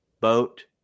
boat